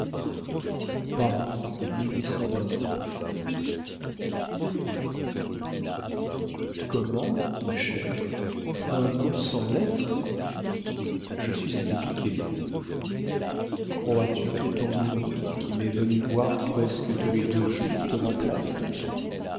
comment ma chère un an sans lettre je suis un peu piquée crois-tu que ton louis qui m'est venu voir presque tous les deux jours te remplace